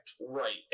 Right